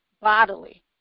bodily